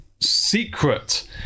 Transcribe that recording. secret